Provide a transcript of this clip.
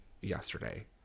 yesterday